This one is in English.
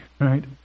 right